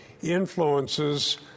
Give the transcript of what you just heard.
influences